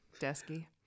Desky